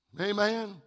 Amen